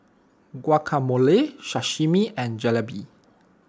Guacamole Sashimi and Jalebi